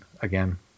again